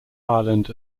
ireland